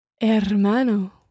Hermano